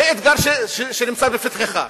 זה אתגר שנמצא לפתחך,